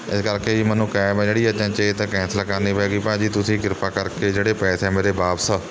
ਇਸ ਕਰਕੇ ਜੀ ਮੈਨੂੰ ਕੈਬ ਹੈ ਜਿਹੜੀ ਅਚਨਚੇਤ ਕੈਂਸਲ ਕਰਨੀ ਪੈ ਗਈ ਭਾਅ ਜੀ ਤੁਸੀਂ ਕਿਰਪਾ ਕਰਕੇ ਜਿਹੜੇ ਪੈਸੇ ਮੇਰੇ ਵਾਪਸ